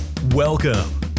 Welcome